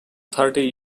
thirty